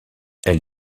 elle